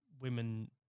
women